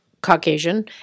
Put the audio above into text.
Caucasian